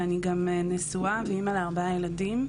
ואני גם נשואה ואמא לארבעה ילדים.